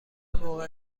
موقع